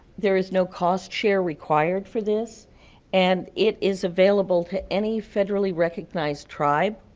there is no cost share required for this and it is available to any federally recognized tribe,